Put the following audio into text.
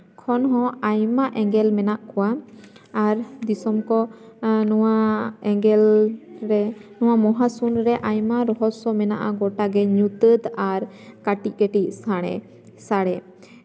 ᱠᱷᱚᱱᱦᱚᱸ ᱟᱭᱢᱟ ᱮᱸᱜᱮᱞ ᱢᱮᱱᱟᱜ ᱠᱚᱣᱟ ᱟᱨ ᱫᱤᱥᱚᱢ ᱠᱚ ᱱᱚᱣᱟ ᱮᱸᱜᱮᱞ ᱨᱮ ᱱᱚᱣᱟ ᱢᱚᱦᱟᱥᱩᱱ ᱨᱮ ᱟᱭᱢᱟ ᱨᱚᱦᱚᱥᱥᱚ ᱢᱮᱱᱟᱜᱼᱟ ᱜᱳᱴᱟᱜᱮ ᱧᱩᱛᱟᱹᱛ ᱟᱨ ᱠᱟᱹᱴᱤᱪ ᱠᱟᱹᱴᱤᱪ ᱥᱟᱲᱮ ᱥᱟᱲᱮ